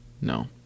no